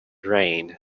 reign